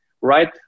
right